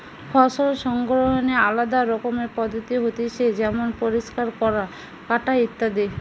ফসল সংগ্রহনের আলদা রকমের পদ্ধতি হতিছে যেমন পরিষ্কার করা, কাটা ইত্যাদি